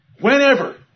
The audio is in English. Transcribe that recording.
whenever